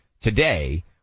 today